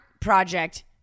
project